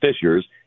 Fishers